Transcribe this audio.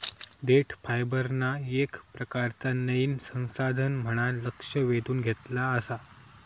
देठ फायबरना येक प्रकारचा नयीन संसाधन म्हणान लक्ष वेधून घेतला आसा